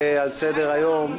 הנושא שביקשתי להציב על סדר-היום הוא: